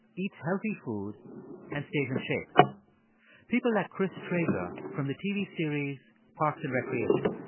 eats healthy food and stays in shape people like chris traeger from the tv series parks and recreation.